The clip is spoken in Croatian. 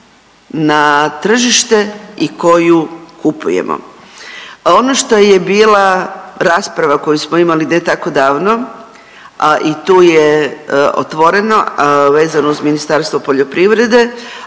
na tržište i koju kupujemo. Ono što je bila rasprava koju smo imali ne tako davno, a i tu je otvoreno vezano uz Ministarstvo poljoprivrede,